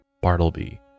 bartleby